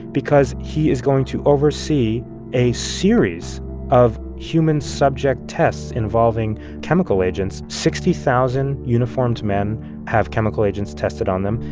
because he is going to oversee a series of human subject tests involving chemical agents sixty thousand uniformed men have chemical agents tested on them.